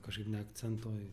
kažkaip neakcentuoju